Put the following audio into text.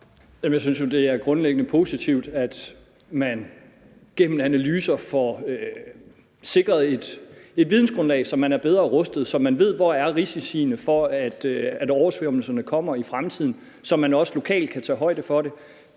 Jeg synes jo, det er grundlæggende positivt, at man gennem analyser får sikret et vidensgrundlag, så man er bedre rustet, og så man ved, hvor risiciene er for, at oversvømmelserne kommer i fremtiden, så man også lokalt kan tage højde for det.